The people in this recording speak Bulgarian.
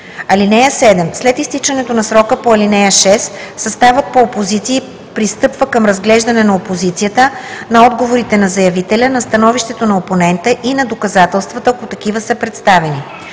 (7) След изтичането на срока по ал. 6 съставът по опозиции пристъпва към разглеждане на опозицията, на отговорите на заявителя, на становището на опонента и на доказателствата, ако такива са представени.